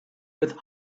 with